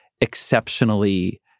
exceptionally